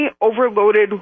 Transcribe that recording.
overloaded